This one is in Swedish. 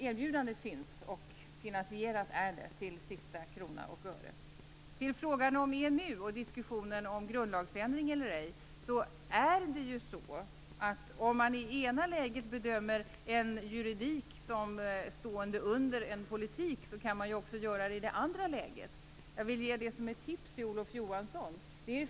Erbjudandet finns, och det är finansierat till sista krona och öre. I frågan om EMU och grundlagsändring eller ej, kan man om man i det ena läget bedömer juridiken som underställd politiken också göra det i det andra läget. Jag vill ge det som ett tips till Olof Johansson.